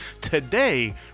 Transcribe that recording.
today